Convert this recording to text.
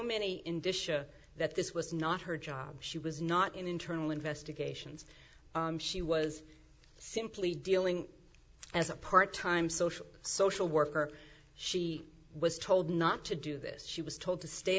indicia that this was not her job she was not in internal investigations she was simply dealing as a part time social social worker she was told not to do this she was told to stay